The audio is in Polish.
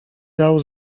dał